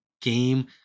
game